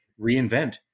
reinvent